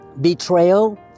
betrayal